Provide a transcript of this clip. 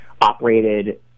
operated